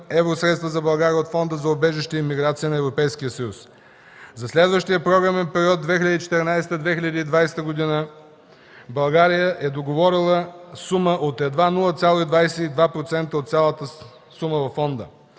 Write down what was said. евросредства за България от Фонда за убежище и миграция на Европейския съюз. За следващия програмен период 2014-2020 г. България е договорила сума от едва 0,22% от цялата сума във фонда.